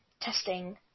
testing